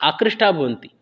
आकृष्टाः भवन्ति